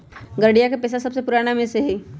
गरेड़िया के पेशा सबसे पुरान पेशा में से हई